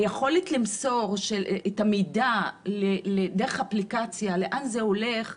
היכולת למסור את המידע דרך אפליקציה, לאן זה הולך?